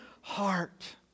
heart